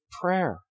prayer